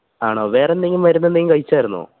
ആണോ വേറെ എന്തെങ്കിലും മരുന്നെന്തെങ്കിലും കഴിച്ചായിരുന്നോ